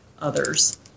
others